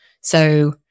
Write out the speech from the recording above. So-